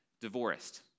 divorced